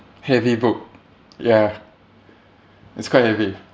heavy book ya it's quite heavy